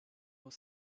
were